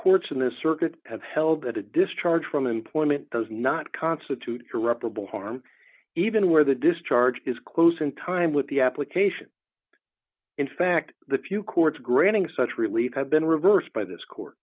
courts in the circuit have held that a discharge from employment does not constitute irreparable harm even where the discharge is close in time with the application in fact the few courts granting such relief have been reversed by this court